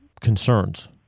concerns